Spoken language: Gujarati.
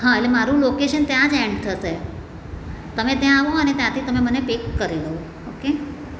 હા એટલે મારું લોકેસન ત્યાં જ એન્ડ થશે તમે ત્યાં આવો અને ત્યાંથી તમે મને પિક કરી લો ઓકે